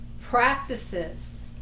practices